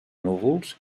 núvols